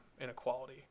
inequality